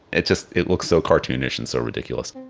it just it looks so cartoonish and so ridiculous.